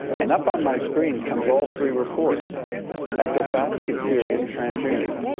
and up on my screen comes all three reports equifax, experian, transunion.